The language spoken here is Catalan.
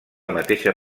mateixa